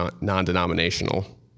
non-denominational